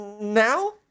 Now